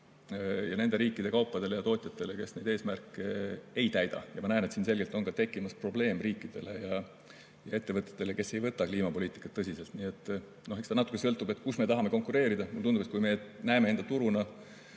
ja nende riikide kaupadele ja tootjatele, kes neid eesmärke ei täida. Ja ma näen, et siin on selgelt tekkimas probleem riikidele ja ettevõtetele, kes ei võta kliimapoliitikat tõsiselt. Nii et eks ta natuke sõltub, kus me tahame konkureerida. Mulle tundub, et kui me näeme enda turuna